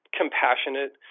compassionate